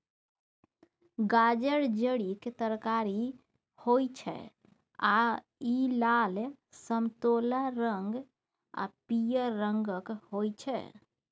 गाजर जड़िक तरकारी होइ छै आ इ लाल, समतोला रंग आ पीयर रंगक होइ छै